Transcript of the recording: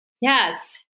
Yes